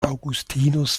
augustinus